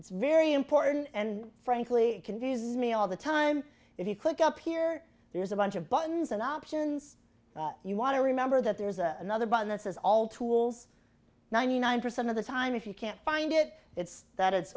it's very important and frankly it confuses me all the time if you click up here there's a bunch of buttons and options that you want to remember that there's a another button that says all tools ninety nine percent of the time if you can't find it it's that it's